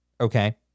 Okay